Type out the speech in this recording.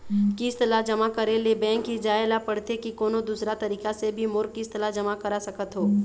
किस्त ला जमा करे ले बैंक ही जाए ला पड़ते कि कोन्हो दूसरा तरीका से भी मोर किस्त ला जमा करा सकत हो?